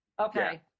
Okay